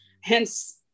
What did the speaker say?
Hence